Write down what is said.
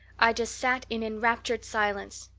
i just sat in enraptured silence.